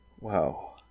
Wow